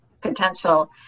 potential